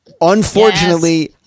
Unfortunately